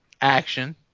Action